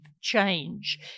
change